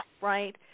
right